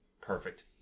perfect